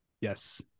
Yes